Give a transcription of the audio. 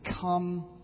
come